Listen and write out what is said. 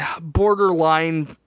Borderline